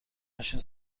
ماشین